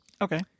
okay